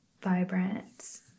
vibrant